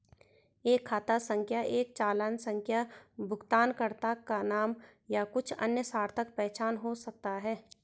एक खाता संख्या एक चालान संख्या भुगतानकर्ता का नाम या कुछ अन्य सार्थक पहचान हो सकता है